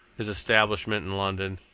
his establishment in london,